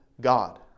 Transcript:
God